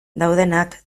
daudenak